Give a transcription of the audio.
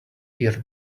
ear